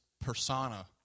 persona